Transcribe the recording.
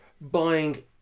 Buying